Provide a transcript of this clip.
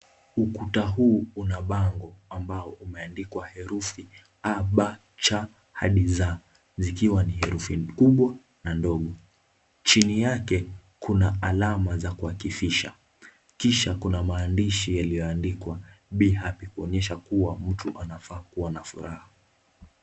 Ukuta huu una bango ambao umeandikwa herufi a, b, c hadi z zikiwa ni herufi kubwa na dogo, chini yake kuna alama ya kuakifisha kisha kuna maandishi aliyoandikwa be happy kuonyesha kuwa mtu anafaa kuwa na furaha.